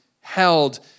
held